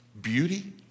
Beauty